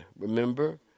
Remember